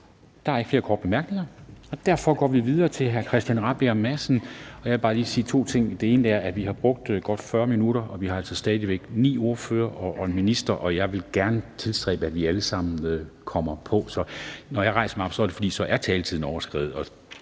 Der er ikke flere korte bemærkninger, og derfor går vi videre til hr. Christian Rabjerg Madsen. Jeg vil bare lige sige to ting. Den ene er, at vi har brugt godt 40 minutter, og vi har altså stadig væk ni ordførere og en minister, og jeg vil gerne tilstræbe, at vi alle sammen kommer på. Så når jeg rejser mig op, er det, fordi taletiden er overskredet.